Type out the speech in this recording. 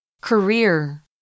Career